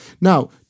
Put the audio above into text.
now